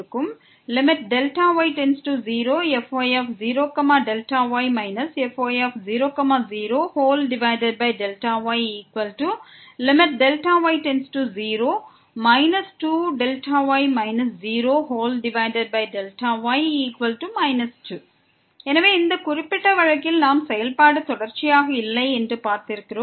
fy0y fy00y 2Δy 0Δy 2 எனவே இந்த குறிப்பிட்ட வழக்கில் நாம் செயல்பாடு தொடர்ச்சியாக இல்லை என்று பார்த்திருக்கிறோம்